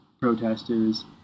protesters